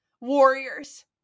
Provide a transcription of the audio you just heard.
warriors